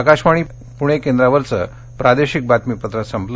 आकाशवाणी पुणे केंद्रावरचं प्रादेशिक बातमीपत्र संपलं